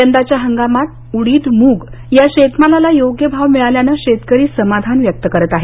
यंदाच्या हंगामात उडीदमूग या शेतीमालाला योग्य भाव मिळाल्याने शेतकरी समाधान व्यक्त करत आहेत